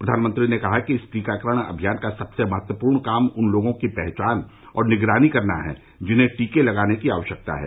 प्रधानमंत्री ने कहा कि इस टीकाकरण अमियान का सबसे महत्वपूर्ण काम उन लोगों की पहचान और निगरानी करना है जिन्हें टीके लगाने की आवश्यकता है